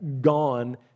gone